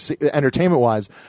entertainment-wise